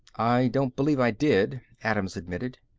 i don't believe i did, adams admitted.